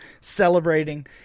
celebrating